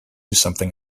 something